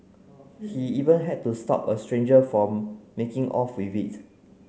he even had to stop a stranger from making off with it